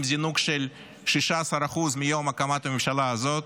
זינוק של 16% מיום הקמת הממשלה הזאת,